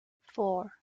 four